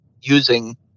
using